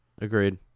Agreed